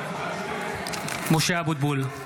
(קורא בשמות חברי הכנסת) משה אבוטבול,